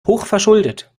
hochverschuldet